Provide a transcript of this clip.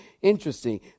Interesting